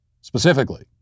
specifically